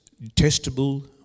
detestable